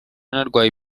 narwaye